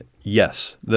yes